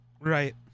Right